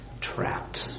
trapped